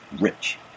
rich